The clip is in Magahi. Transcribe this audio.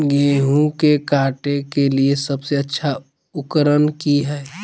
गेहूं के काटे के लिए सबसे अच्छा उकरन की है?